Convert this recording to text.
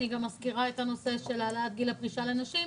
אני גם מזכירה את הנושא של העלאת גיל הפרישה לנשים,